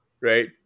right